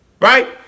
Right